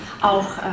auch